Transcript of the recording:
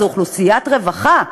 זו אוכלוסיית רווחה,